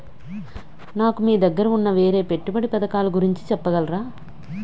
నాకు మీ దగ్గర ఉన్న వేరే పెట్టుబడి పథకాలుగురించి చెప్పగలరా?